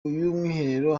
mwiherero